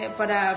para